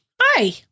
Hi